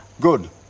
Good